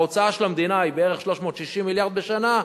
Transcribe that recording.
ההוצאה של המדינה היא בערך 360 מיליארד בשנה?